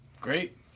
Great